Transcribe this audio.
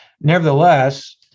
nevertheless